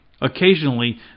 Occasionally